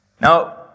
Now